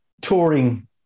touring